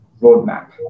roadmap